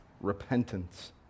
Repentance